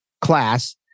class